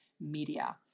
Media